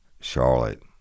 Charlotte